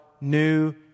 new